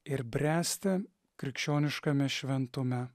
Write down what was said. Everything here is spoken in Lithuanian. ir bręsti krikščioniškame šventume